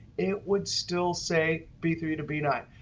it would still say, b three to b nine.